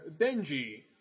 Benji